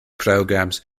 programs